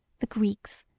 the greeks,